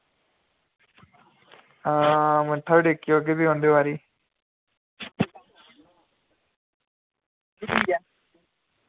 आं मत्था टेकी औगे आंदी बारी